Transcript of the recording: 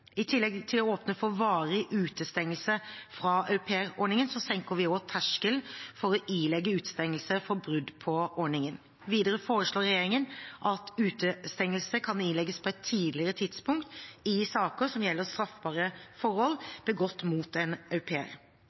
I tillegg til å åpne for varig utestengelse fra aupairordningen senker vi også terskelen for å ilegge utestengelse for brudd på ordningen. Videre foreslår regjeringen at utestengelse kan ilegges på et tidligere tidspunkt i saker som gjelder straffbare forhold begått mot en